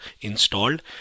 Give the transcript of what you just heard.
installed